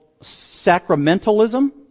sacramentalism